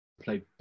play